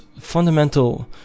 fundamental